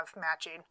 matching